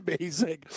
amazing